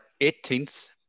18th